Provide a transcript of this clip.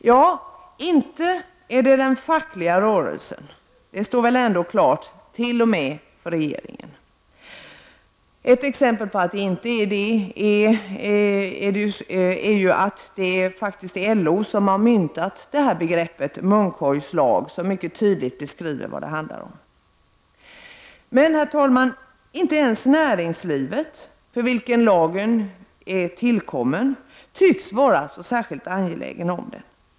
Ja, inte är det den fackliga rörelsen, det står väl ändå klart — t.o.m. för regeringen. Ett exempel på detta är att det faktiskt är LO som har myntat begreppet munkorgslag — som mycket tydligt beskriver vad det hela handlar om. Herr talman! Inte ens näringslivet — för vilket lagen är tillkommen — tycks vara särskilt angeläget.